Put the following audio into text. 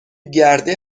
گرده